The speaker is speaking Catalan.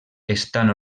estan